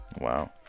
Wow